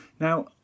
Now